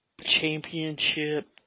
championship